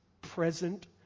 present